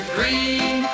Green